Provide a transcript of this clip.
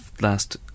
last